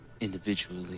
individually